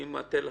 אני מתיר לכם,